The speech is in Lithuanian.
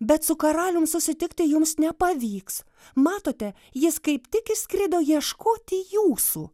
bet su karalium susitikti jums nepavyks matote jis kaip tik išskrido ieškoti jūsų